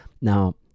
now